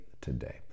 today